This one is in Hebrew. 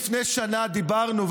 לפני שנה דיברנו,